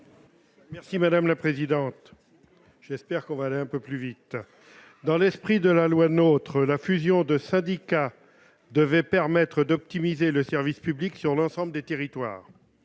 Merci madame la présidente, j'espère qu'on va aller un peu plus vite dans l'esprit de la loi notre la fusion de syndicats devait permettre d'optimiser le service public, sur l'ensemble des territoires,